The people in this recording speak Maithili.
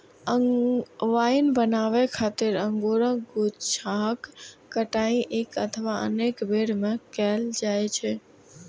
वाइन बनाबै खातिर अंगूरक गुच्छाक कटाइ एक अथवा अनेक बेर मे कैल जाइ छै